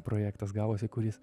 projektas gavosi kuris